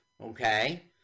Okay